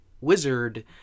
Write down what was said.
wizard